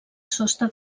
sostre